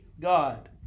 God